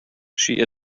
she